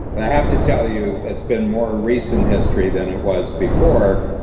i have to tell you, it's been more recent history than it was before.